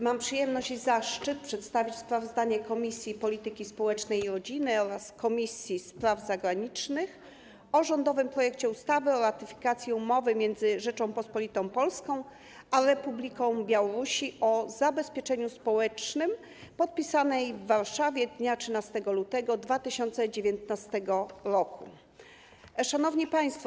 Mam przyjemność i zaszczyt przedstawić sprawozdanie Komisji Polityki Społecznej i Rodziny oraz Komisji Spraw Zagranicznych o rządowym projekcie ustawy o ratyfikacji umowy między Rzecząpospolitą Polską a Republiką Białorusi o zabezpieczeniu społecznym, podpisanej w Warszawie dnia 13 lutego 2019 r. Szanowni Państwo!